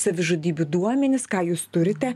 savižudybių duomenys ką jūs turite